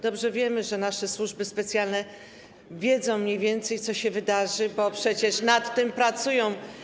Dobrze wiemy, że nasze służby specjalne wiedzą mniej więcej, co się wydarzy, bo przecież nad tym pracują.